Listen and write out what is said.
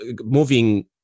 moving